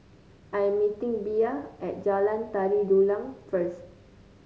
I am meeting Bea at Jalan Tari Dulang first